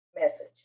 message